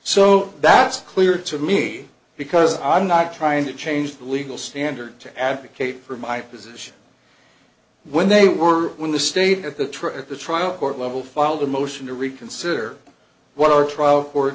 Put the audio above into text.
so that's clear to me because i'm not trying to change the legal standard to advocate for my position when they were in the state at the trial at the trial court level filed a motion to reconsider what our trial